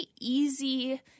easy